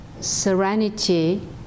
serenity